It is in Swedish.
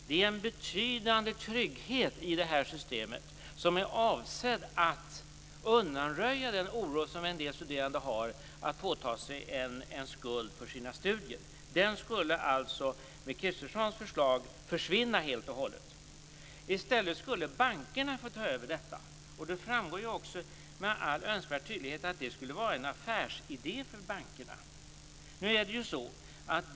Det är en betydande trygghet i det här systemet som är avsedd att undanröja den oro som en del studerande har för att påta sig en skuld för sina studier. Med Kristerssons förslag skulle den försvinna helt och hållet. I stället skulle bankerna få ta över detta. Det framgår ju också med all önskvärd tydlighet att det skulle vara en affärsidé för bankerna.